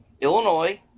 illinois